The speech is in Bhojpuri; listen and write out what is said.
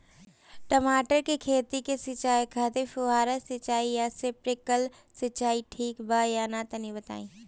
मटर के खेती के सिचाई खातिर फुहारा सिंचाई या स्प्रिंकलर सिंचाई ठीक बा या ना तनि बताई?